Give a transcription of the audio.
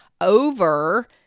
over